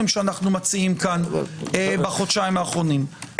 שאנו מציעים פה בחודשיים האחרונים.